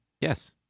Yes